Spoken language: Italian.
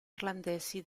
irlandesi